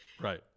Right